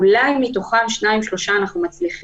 ואולי משניים או משלושה מתוכם אנחנו מצליחים